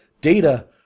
Data